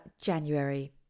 January